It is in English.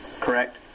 correct